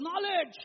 knowledge